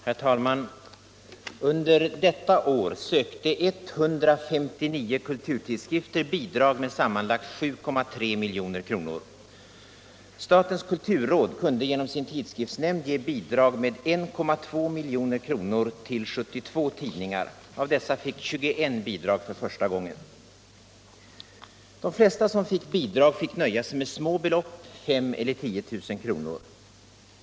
Herr talman! Under detta år sökte 159 kulturtidskrifter bidrag med sammanlagt 7,3 milj.kr. Statens kulturråd kunde genom sin tidskriftsnämnd ge bidrag med 1,2 miljoner till 72 tidningar. Av dessa fick 21 bidrag för första gången. De flesta som fick bidrag fick nöja sig med små belopp, 5 000 eller 10 000 kronor.